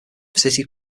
city